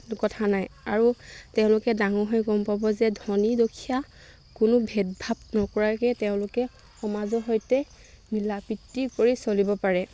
কথা নাই আৰু তেওঁলোকে ডাঙৰ হৈ গম পাব যে ধনী দুখীয়া কোনো ভেদভাৱ নকৰাকৈ তেওঁলোকে সমাজৰ সৈতে মিলাপ্ৰীতি কৰি চলিব পাৰে